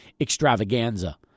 extravaganza